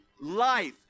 life